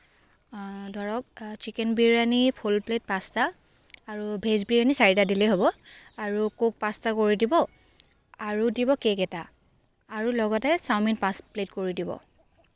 ধৰক chicken biryani full plate পাঁচটা আৰু ভেজ বিৰিয়ানি চাৰিটা দিলেই হ'ব আৰু ক'ক পাচঁটা কৰি দিব আৰু দিব কেক এটা আৰু লগতে চাউমিন পাঁচ প্লেট কৰি দিব